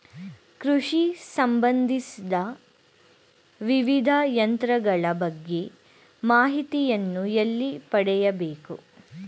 ಕೃಷಿ ಸಂಬಂದಿಸಿದ ವಿವಿಧ ಯಂತ್ರಗಳ ಬಗ್ಗೆ ಮಾಹಿತಿಯನ್ನು ಎಲ್ಲಿ ಪಡೆಯಬೇಕು?